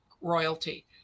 royalty